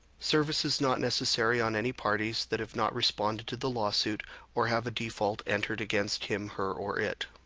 service is not necessary on any parties that have not responded to the lawsuit or have a default entered against him, her or it.